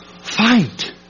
Fight